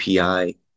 API